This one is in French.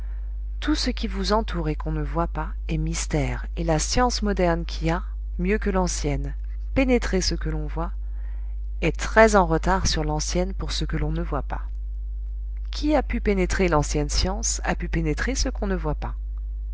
tout ce qui vous entoure et qu'on ne voit pas est mystère et la science moderne qui a mieux que l'ancienne pénétré ce que l'on voit est très en retard sur l'ancienne pour ce que l'on ne voit pas qui a pu pénétrer l'ancienne science a pu pénétrer ce qu'on ne voit pas